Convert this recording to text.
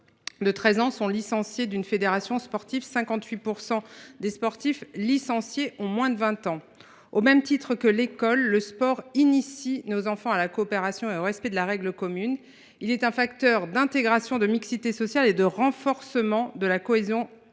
de 13 ans sont licenciés d’une fédération sportive et 58 % des sportifs licenciés ont moins de 20 ans. Au même titre que l’école, le sport initie nos enfants à la coopération et au respect de la règle commune. Il est un facteur d’intégration, de mixité sociale et de renforcement de la cohésion nationale.